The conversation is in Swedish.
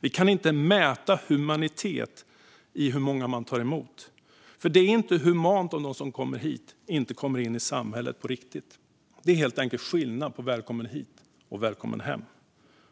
Vi kan inte mäta humanitet i hur många vi tar emot, för det är inte humant om de som kommer hit inte kommer in i samhället på riktigt. Det är helt enkelt skillnad på välkommen hit och välkommen hem.